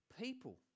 people